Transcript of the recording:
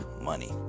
money